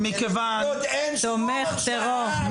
תומך טרור.